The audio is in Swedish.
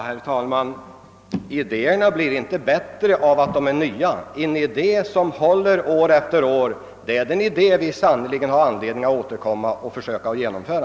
Herr talman! Idéerna är inte bättre därför att de är nya. En idé, som. håller år efter år, har vi sannerligen anledning att återkomma till och försöka genomföra.